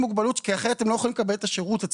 מוגבלות כי אחרת הם לא יכולים לקבל את השירות אצלו,